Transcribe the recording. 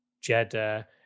Jeddah